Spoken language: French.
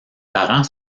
parents